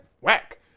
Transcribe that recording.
Whack